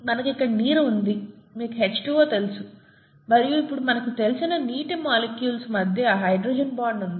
మనకు ఇక్కడ నీరు ఉంది మీకు H2O తెలుసు మరియు ఇప్పుడు మనకు తెలిసిన నీటి మాలిక్యూల్స్ మధ్య హైడ్రోజన్ బాండ్ ఉంది